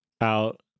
out